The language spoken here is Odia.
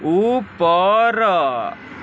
ଉପର